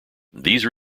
these